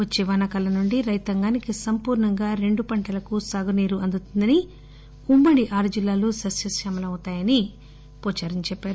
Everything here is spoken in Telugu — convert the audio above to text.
వచ్చే వానాకాలం నుండి రైతాంగానికి సంపూర్ణంగా రెండు పంటలకు సాగునీరు అందుతుందని ఉమ్మడి ఆరు జిల్లాలు సస్యశ్యామలం అవుతాయని పోచారం చెప్పారు